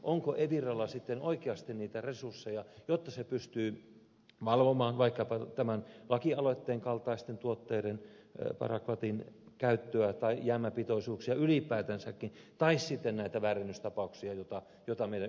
onko eviralla sitten oikeasti niitä resursseja jotta se pystyy valvomaan vaikkapa tämän lakialoitteen kaltaisten tuotteiden parakvatin käyttöä tai jäämäpitoisuuksia ylipäätänsäkin tai sitten näitä väärennystapauksia joita meillä yhteiskunnassa tapahtuu